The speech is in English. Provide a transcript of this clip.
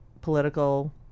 political